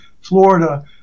Florida